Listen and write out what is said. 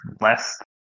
less